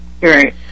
Right